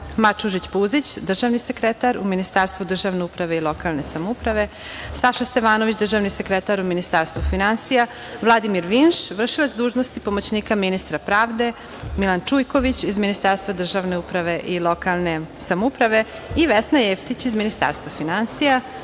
Mačužić Puzić, državni sekretar u Ministarstvu državne uprave i lokalne samouprave, Saša Stevanović, državni sekretar u Ministarstvu finansija, Vladimir Vinš, vršilac dužnosti pomoćnika ministra pravde, Milan Čuljković, iz Ministarstva državne uprave i lokalne samouprave i Vesna Jevtić iz Ministarstva